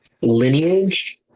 Lineage